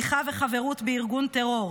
תמיכה וחברות בארגון טרור,